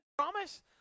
Promise